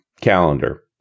Calendar